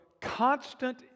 constant